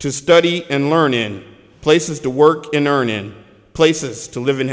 to study and learn in places to work and earn and places to live in